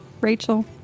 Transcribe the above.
Rachel